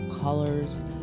colors